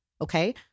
okay